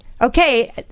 Okay